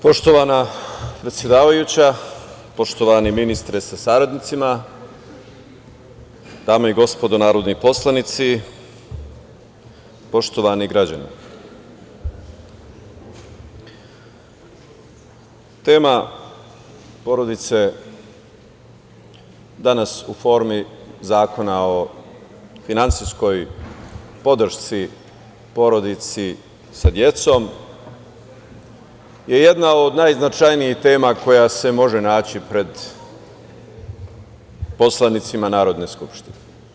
Poštovana predsedavajuća, poštovani ministre sa saradnicima, dame i gospodo narodni poslanici, poštovani građani, tema porodice danas u formi zakona o finansijskoj podršci porodici sa decom je jedna od najznačajnijih tema koja se može naći pred poslanicima Narodne skupštine.